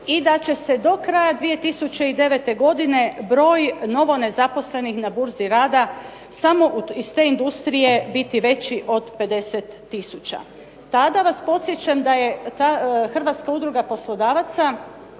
i da će se do kraja 2009. godine broj novonezaposlenih na burzi rada samo iz te industrije biti veći od 50 tisuća. Tada vas podsjećam da je Hrvatska udruga poslodavaca